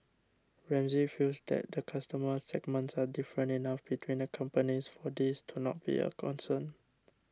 Ramsay feels that customer segments are different enough between the companies for this to not be a concern